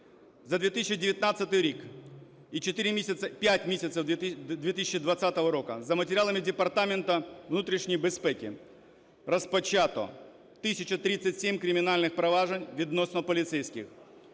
За 2019 рік і 5 місяців 2020 року за матеріалами Департаменту внутрішньої безпеки розпочато 1 тисяча 37 кримінальних проваджень відносно поліцейських,